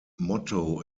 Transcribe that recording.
motto